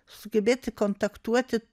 sugebėti kontaktuoti